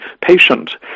patient